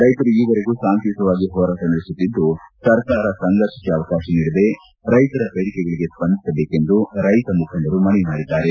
ರೈತರು ಈವರೆಗೂ ಶಾಂತಿಯುತವಾಗಿ ಹೋರಾಟ ನಡೆಸುತ್ತಿದ್ದು ಸರ್ಕಾರ ಸಂಘರ್ಷಕ್ಕೆ ಅವಕಾಶ ನೀಡದೆ ರೈತರ ಬೇಡಿಕೆಗಳಿಗೆ ಸ್ಪಂದಿಸಬೇಕೆಂದು ರೈತ ಮುಖಂಡರು ಮನವಿ ಮಾಡಿದ್ದಾರೆ